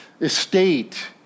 estate